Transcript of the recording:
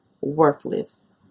worthless